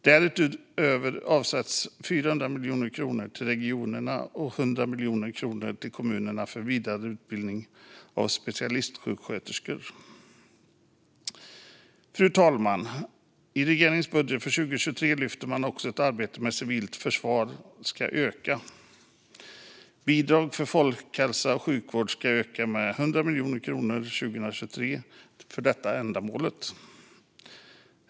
Därutöver avsätts 400 miljoner kronor till regionerna och 100 miljoner kronor till kommunerna för vidareutbildning av specialistsjuksköterskor. Fru talman! I regeringen budget för 2023 lyfter man också fram att arbetet med civilt försvar ska öka. Bidragen för folkhälsa och sjukvård ska ökas med 100 miljoner kronor 2023 för detta ändamål.